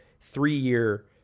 three-year